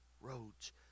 roads